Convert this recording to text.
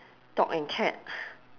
dog and cat